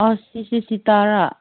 ꯑꯁ ꯁꯤꯁꯤ ꯁꯤꯇꯥꯔꯥ